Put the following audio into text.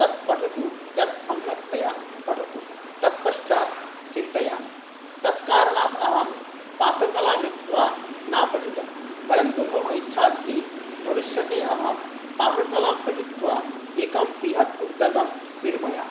तत् पठतु यत् सम्यक्तया पठतु तत्पश्चात् चिन्तयामि तत्कारणात् अहं पाककलां नीत्वा न पठितं परन्तु मम इच्छा अस्ति भविष्ये अहं पाककलां पठित्वा एकम् बृहत् उद्योगं निर्मयामि